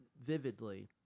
vividly